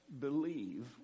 Believe